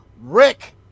Rick